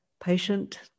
Patient